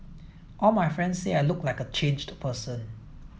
all my friends say I look like a changed person